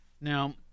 Now